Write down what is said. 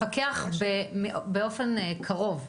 לפקח באופן קרוב.